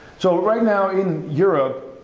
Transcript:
so right now in europe,